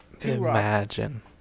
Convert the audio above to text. Imagine